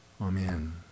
amen